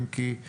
אם כי אנחנו